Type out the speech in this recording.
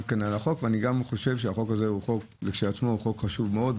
ואני גם חושב שהחוק כשלעצמו חשוב מאוד,